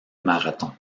marathon